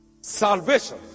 Salvation